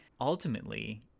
ultimately